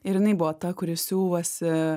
ir jinai buvo ta kuri siuvasi